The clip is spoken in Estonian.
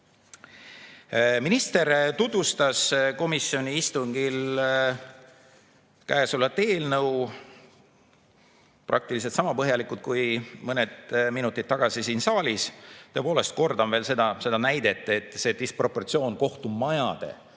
Minister tutvustas komisjoni istungil käesolevat eelnõu praktiliselt sama põhjalikult kui mõned minutid tagasi siin saalis. Tõepoolest, kordan veel seda näidet, et see kohtumajade,